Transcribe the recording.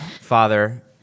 father